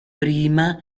prima